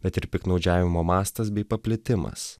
bet ir piktnaudžiavimo mastas bei paplitimas